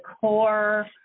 core